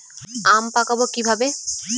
আম পাকাবো কিভাবে?